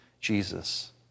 Jesus